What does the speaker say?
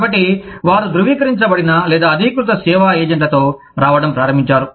కాబట్టి వారు ధృవీకరించబడిన లేదా అధీకృత సేవా ఏజెంట్లతో రావడం ప్రారంభించారు